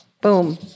Boom